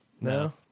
no